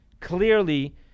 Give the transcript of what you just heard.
clearly